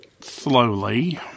slowly